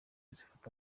zifata